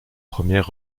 premières